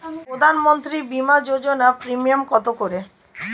প্রধানমন্ত্রী বিমা যোজনা প্রিমিয়াম কত করে?